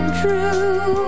true